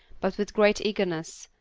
but with great eagerness,